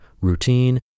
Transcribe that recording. routine